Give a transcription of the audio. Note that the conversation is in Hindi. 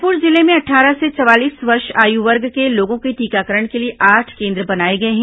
रायपुर जिले में अट्ठारह से चवालीस आयु वर्ग के लोगों के टीकाकरण के लिए आठ केन्द्र बनाए गए हैं